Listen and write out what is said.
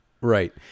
Right